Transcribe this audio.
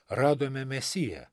radome mesiją